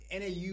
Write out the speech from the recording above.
NAU